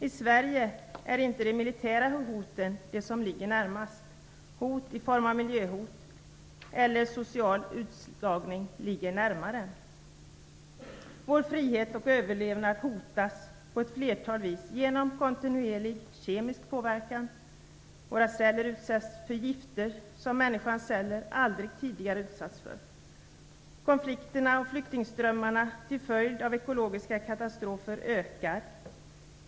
I Sverige är det inte de militära hoten som ligger närmast. Hot i form av miljöhot eller social utslagning ligger närmare. Vår frihet och överlevnad hotas på ett flertal vis genom kontinuerlig kemisk påverkan. Våra celler utsätts för gifter som människans celler aldrig tidigare utsatts för. Konflikterna och flyktingströmmarna till följd av ekologiska katastrofer ökar.